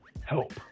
help